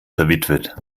verwitwet